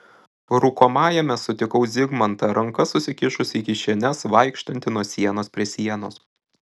rūkomajame sutikau zigmantą rankas susikišusį į kišenes vaikštantį nuo sienos prie sienos